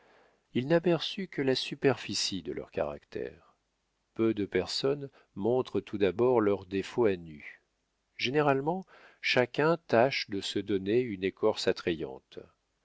il n'aperçut que la superficie de leurs caractères peu de personnes montrent tout d'abord leurs défauts à nu généralement chacun tâche de se donner une écorce attrayante